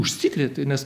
tu užsikrėti nes